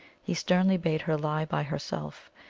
he sternly bade her lie by herself.